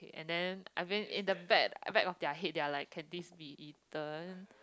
and then I mean in the back back of their head they are like can this be eaten